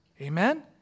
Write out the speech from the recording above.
Amen